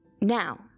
Now